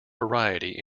variety